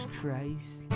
Christ